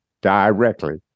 directly